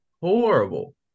Horrible